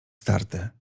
starte